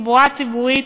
תחבורה ציבורית,